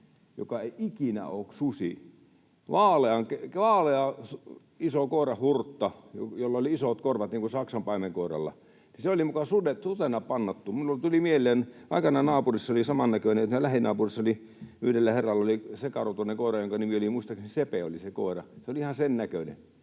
susi. Ei ikinä ole susi — vaalea iso koiranhurtta, jolla oli isot korvat niin kuin saksanpaimenkoiralla, ja se oli muka sutena pannoitettu. Minulle tuli mieleen, että aikanaan naapurissa oli samannäköinen. Siinä lähinaapurissa yhdellä herralla oli sekarotuinen koira, jonka nimi oli muistaakseni Sepe. Se oli ihan sen näköinen.